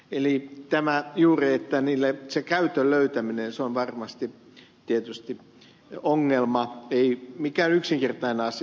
eli juuri käytön löytäminen niille on varmasti ongelma ei mikään yksinkertainen asia